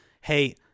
hey